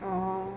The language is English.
orh